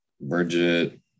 Bridget